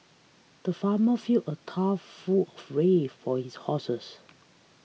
the farmer filled a tough full of ray for his horses